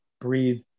breathe